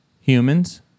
humans